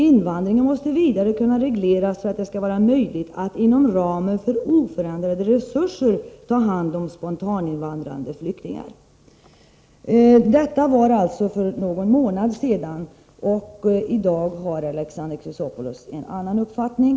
Invandringen måste vidare kunna regleras så att det skall vara möjligt att inom ramen för oförändrade resurser ta hand om spontaninvandrande flyktingar. Detta var alltså för någon månad sedan. I dag har Alexander Chrisopoulos en annan uppfattning.